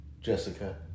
Jessica